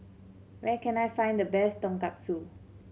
where can I find the best Tonkatsu